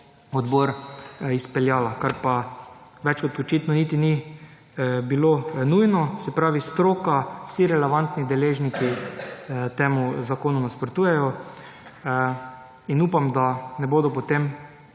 odbor izpeljala, kar pa več kot očitno niti ni bilo nujno. Se pravi, stroka, vsi relevantni deležniki temu zakonu nasprotujejo in upam, da ne bodo potem,